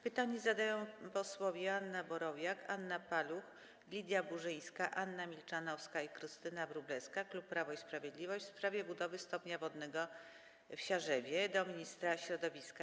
Pytanie zadają posłowie Joanna Borowiak, Anna Paluch, Lidia Burzyńska, Anna Milczanowska i Krystyna Wróblewska, klub Prawo i Sprawiedliwość, w sprawie budowy stopnia wodnego w Siarzewie - do ministra środowiska.